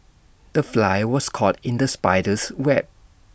the fly was caught in the spider's web